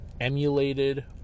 emulated